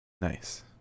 Nice